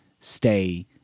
stay